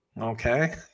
Okay